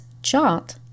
chart